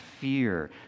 fear